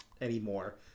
anymore